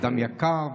אדם יקר.